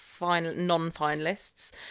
non-finalists